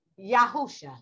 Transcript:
Yahusha